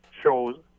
shows